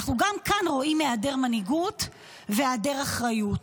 גם כאן רואים היעדר מנהיגות והיעדר אחריות,